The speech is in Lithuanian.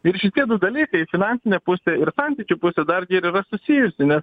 ir šitie du dalykai finansinė pusė ir santykių pusė dar ji yra susijusi nes